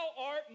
art